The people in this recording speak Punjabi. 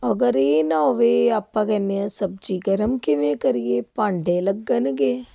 ਅਗਰ ਇਹ ਨਾ ਹੋਵੇ ਆਪਾਂ ਕਹਿੰਦੇ ਹਾਂ ਸਬਜ਼ੀ ਗਰਮ ਕਿਵੇਂ ਕਰੀਏ ਭਾਂਡੇ ਲੱਗਣਗੇ